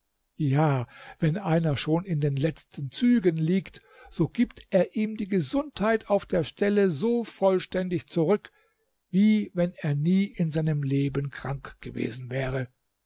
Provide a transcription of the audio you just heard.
ja wenn einer schon in den letzten zügen liegt so gibt er ihm die gesundheit auf der stelle so vollständig zurück wie wenn er nie in seinem leben krank gewesen wäre